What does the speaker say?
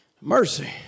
Mercy